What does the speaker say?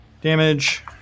damage